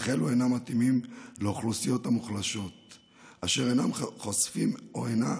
אך אלו אינם מתאימים לאוכלוסיות המוחלשות אשר אינן חשופות או אינן